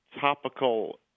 topical